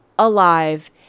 Alive